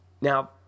Now